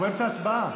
אנחנו באמצע הצבעה.